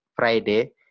Friday